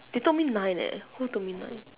they told me nine eh who told me nine